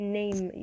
name